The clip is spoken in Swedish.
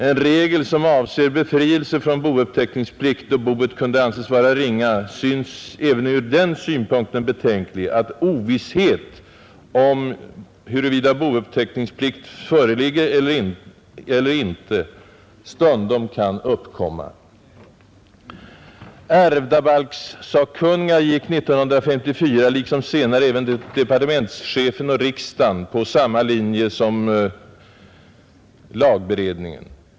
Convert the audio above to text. En regel, som avsåge befrielse från bouppteckningsplikt, då boet kunde anses vara ringa, synes även ur den synpunkten betänklig, att ovisshet om bouppteckningspliktens förhandenvaro stundom kunde uppkomma.” Ärvdabalkssakkunniga gick 1954 liksom senare departementschefen och riksdagen på samma linje som lagberedningen.